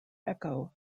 echo